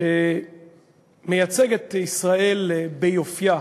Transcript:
שמייצג את ישראל ביופייה.